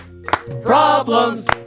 Problems